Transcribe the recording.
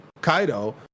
Kaido